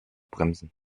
bremsen